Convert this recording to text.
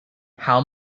how